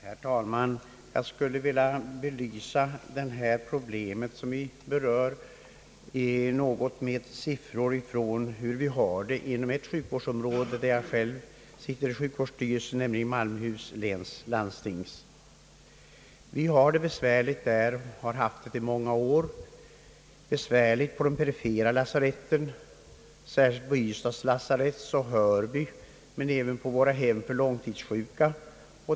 Herr talman! Jag skulle vilja belysa det problem som vi behandlar med några siffror, som visar, hur vi har det inom det sjukvårdsområde, där jag själv sitter med i sjukvårdsstyrelsen, nämligen i Malmöhus läns landsting. Vi har det besvärligt och har haft det besvärligt i många år på de perifera lasaretten, särskilt på Ystads lasarett och Hörby lasarett, men även på hemmen för långtidssjuka.